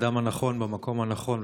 האדם הנכון במקום הנכון,